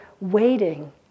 waiting